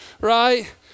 right